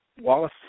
Wallace